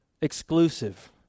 exclusive